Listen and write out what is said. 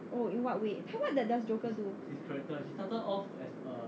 oh in what way 他 what does joker do